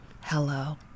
hello